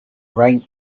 right